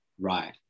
Right